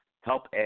help